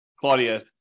Claudia